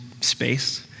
space